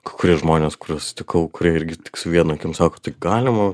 k kurie žmonės kuriuos sutikau kurie irgi tik su viena akim sako tai galima